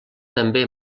també